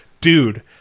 dude